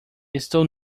estou